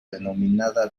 denominada